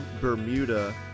Bermuda